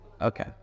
Okay